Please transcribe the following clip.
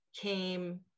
came